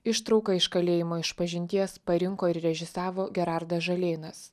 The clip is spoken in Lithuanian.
ištrauką iš kalėjimo išpažinties parinko ir režisavo gerardas žalėnas